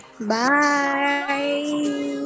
Bye